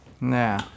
Nah